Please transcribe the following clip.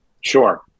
Sure